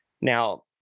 Now